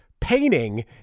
painting